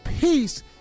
peace